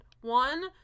One